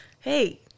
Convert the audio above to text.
hey